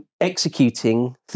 executing